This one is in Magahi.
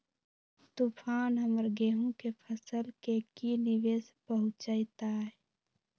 तूफान हमर गेंहू के फसल के की निवेस पहुचैताय?